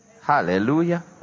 Hallelujah